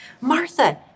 Martha